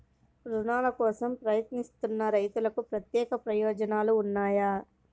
రుణాల కోసం ప్రయత్నిస్తున్న రైతులకు ప్రత్యేక ప్రయోజనాలు ఉన్నాయా?